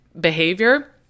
behavior